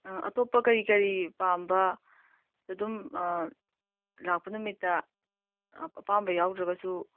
ꯑꯥ ꯑꯇꯣꯞꯄ ꯀꯔꯤ ꯀꯔꯤ ꯄꯥꯝꯕ ꯑꯗꯨꯝ ꯂꯥꯛꯄ ꯅꯨꯃꯤꯠꯇ ꯑꯄꯥꯝꯕ ꯌꯥꯎꯗ꯭ꯔꯒꯁꯨ